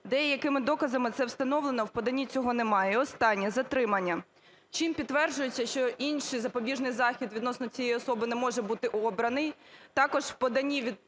деякими доказами це встановлено, в поданні цього немає. І останнє. Затримання. Чим підтверджується, що інший запобіжний захід відносно цієї особи не може бути обраний.